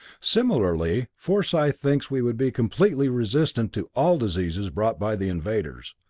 similarly, forsyth thinks we would be completely resistant to all diseases brought by the invaders.